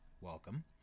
welcome